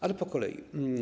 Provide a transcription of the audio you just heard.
Ale po kolei.